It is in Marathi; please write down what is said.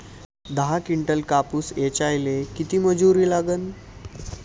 दहा किंटल कापूस ऐचायले किती मजूरी लागन?